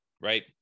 right